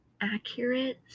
accurate